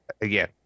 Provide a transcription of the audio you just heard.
again